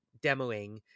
demoing